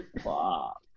Fuck